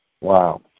Wow